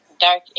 dark